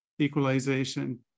equalization